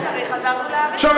כשהיה צריך, עזרנו להאריך.